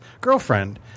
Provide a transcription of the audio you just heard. girlfriend